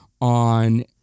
on